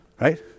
Right